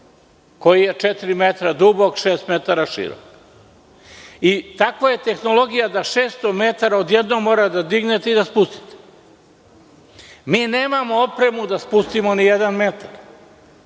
koji je 4 metra dubok i 6 metara širok. Takva je tehnologija da 600 metara odjednom morate da dignete i da spustite. Nemamo opremu da spustimo nijedan metar.